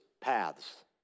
paths